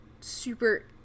super